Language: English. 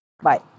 Bye